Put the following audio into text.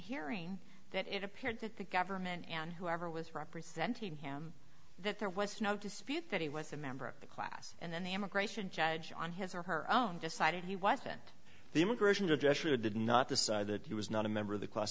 hearing that it appeared that the government and whoever was representing him that there was no dispute that he was a member of the class and then the immigration judge on his or her own decided he why didn't the immigration to gesture did not decide that he was not a member of the class